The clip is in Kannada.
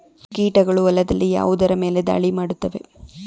ಕೀಟಗಳು ಹೊಲದಲ್ಲಿ ಯಾವುದರ ಮೇಲೆ ಧಾಳಿ ಮಾಡುತ್ತವೆ?